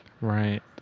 Right